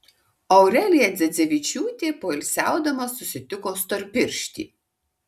aurelija dzedzevičiūtė poilsiaudama susitiko storpirštį